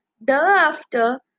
Thereafter